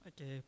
Okay